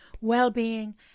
well-being